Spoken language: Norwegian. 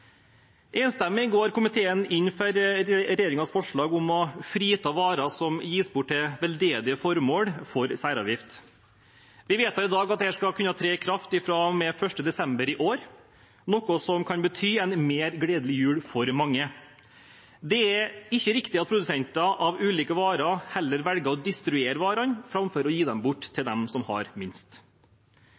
Enstemmig går komiteen inn for regjeringens forslag om å frita varer som gis bort til veldedige formål, for særavgift. Vi vedtar i dag at dette skal kunne tre i kraft fra og med 1. desember i år, noe som kan bety en mer gledelig jul for mange. Det er ikke riktig at produsenter av ulike varer velger å destruere varer framfor å gi dem bort til dem som har minst.